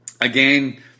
again